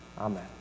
Amen